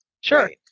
Sure